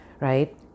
right